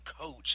coach